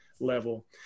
level